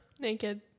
naked